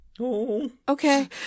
Okay